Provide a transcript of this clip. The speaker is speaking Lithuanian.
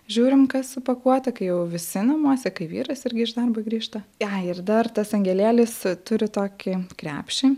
žiūrim kas supakuota kai jau visi namuose kai vyras irgi iš darbo grįžta ai ir dar tas angelėlis turi tokį krepšį